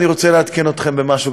אני רוצה לעדכן אתכם במשהו,